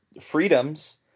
freedoms